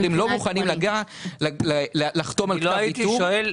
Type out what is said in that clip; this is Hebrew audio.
הם לא מוכנים לחתום על כתב ויתור.